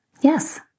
yes